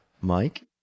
Mike